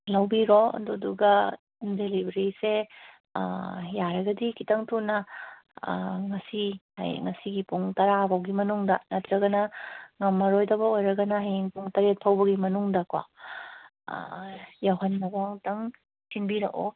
ꯂꯧꯕꯤꯔꯣ ꯑꯗꯨꯗꯨꯒ ꯗꯤꯂꯤꯕꯔꯤꯁꯦ ꯌꯥꯔꯒꯗꯤ ꯈꯤꯇꯪ ꯊꯨꯅ ꯉꯁꯤ ꯉꯁꯤꯒꯤ ꯄꯨꯡ ꯇꯔꯥ ꯐꯥꯎꯕꯒꯤ ꯃꯅꯨꯡꯗ ꯅꯠꯇ꯭ꯔꯒꯅ ꯉꯝꯃꯔꯣꯏꯗꯕ ꯑꯣꯏꯔꯒꯅ ꯍꯌꯦꯡ ꯄꯨꯡ ꯇꯔꯦꯠ ꯐꯥꯎꯕꯒꯤ ꯃꯅꯨꯡꯗꯀꯣ ꯌꯧꯍꯟꯅꯕ ꯑꯝꯇꯪ ꯁꯤꯟꯕꯤꯔꯛꯑꯣ